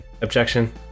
objection